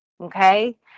okay